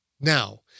Now